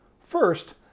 First